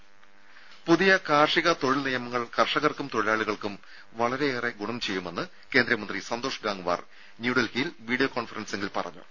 രുമ പുതിയ കാർഷിക തൊഴിൽ നിയമങ്ങൾ കർഷകർക്കും തൊഴിലാളികൾക്കും വളരെയേറെ ഗുണം ചെയ്യെന്ന് കേന്ദ്രമന്ത്രി സന്തോഷ് ഗാങ് വാർ ന്യൂഡൽഹിയിൽ വീഡിയോ കോൺഫറൻസിംഗിൽ പറഞ്ഞു